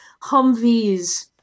Humvees